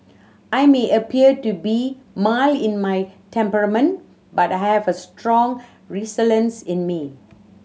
I may appear to be mild in my temperament but I have a strong resilience in me